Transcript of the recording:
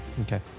Okay